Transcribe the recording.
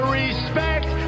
respect